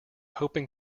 hoping